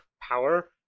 power